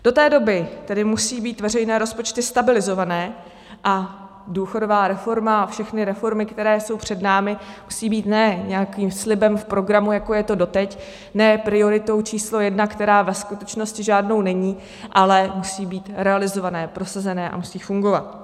Do té doby tedy musí být veřejné rozpočty stabilizované a důchodová reforma a všechny reformy, které jsou před námi, musí být ne nějakým slibem v programu, jako je to doteď, ne prioritou číslo jedna, která ve skutečnosti žádnou není, ale musí být realizované, prosazené a musí fungovat.